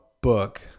book